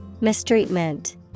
Mistreatment